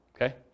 Okay